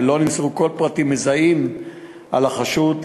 ולא נמסרו כל פרטים מזהים על החשוד,